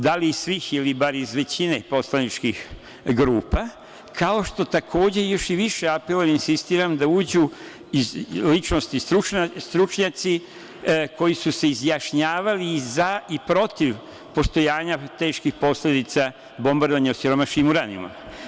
Da li iz svih ili bar iz većine poslaničkih grupa, kao što takođe još više apelujem, insistiram da uđu ličnosti stručnjaci koji su se izjašnjavali za i protiv postojanja teških posledica bombardovanja osiromašenim uranijumom.